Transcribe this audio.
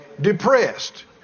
depressed